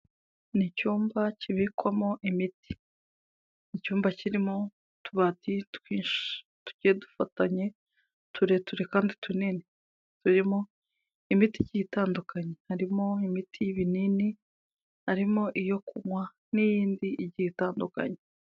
Ni icyumba kibikwamo imiti, icyumba kirimo utubati twinshi tugiye dufatanye tureture kandi tunini, turimo imiti igiye itandukanye, harimo imiti y'ibinini, harimo iyo kunywa n'iyindi igiye itandukanye.